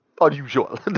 unusual